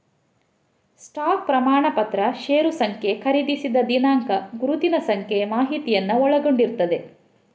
stock ಪ್ರಮಾಣಪತ್ರ share ಸಂಖ್ಯೆ, ಖರೀದಿಸಿದ ದಿನಾಂಕ, ಗುರುತಿನ ಸಂಖ್ಯೆ ಮಾಹಿತಿಯನ್ನ ಒಳಗೊಂಡಿರ್ತದೆ